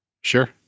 Sure